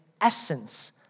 essence